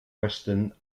western